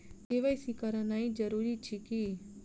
KYC करानाइ जरूरी अछि की?